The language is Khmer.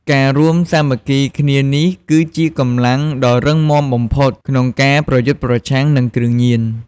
ការរួមសាមគ្គីគ្នានេះគឺជាកម្លាំងដ៏រឹងមាំបំផុត ក្នុងការប្រយុទ្ធប្រឆាំងនិងគ្រឿងញៀន។